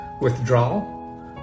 withdrawal